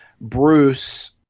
Bruce